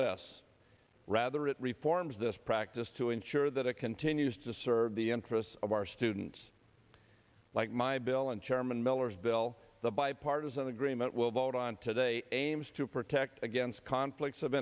less rather it reforms this practice to ensure that it continues to serve the interests of our students like my bill and chairman miller's bill the bipartisan agreement will vote on today aims to protect against conflicts of